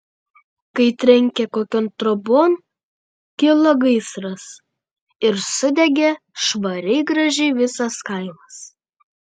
kai trenkė kokion trobon kilo gaisras ir sudegė švariai gražiai visas kaimas